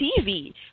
TV